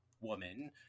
woman